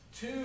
Two